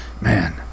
man